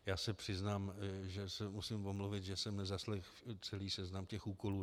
Já se přiznám, že se musím omluvit, že jsem nezaslechl celý seznam těch úkolů.